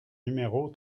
numéro